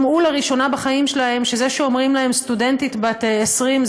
הם שמעו לראשונה בחיים שלהם שאומרים להם: סטודנטית בת 20,